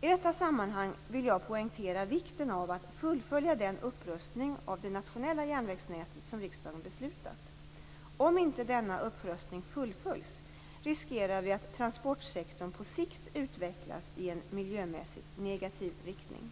I detta sammanhang vill jag poängtera vikten av att fullfölja den upprustning av det nationella järnvägsnätet som riksdagen beslutat. Om inte denna rustning fullföljs riskerar vi att transportsektorn på sikt utvecklas i en miljömässigt negativ riktning.